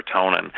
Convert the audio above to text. serotonin